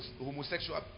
homosexual